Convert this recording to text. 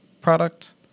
product